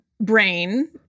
brain